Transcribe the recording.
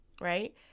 Right